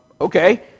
Okay